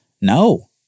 No